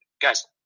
Guys